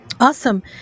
Awesome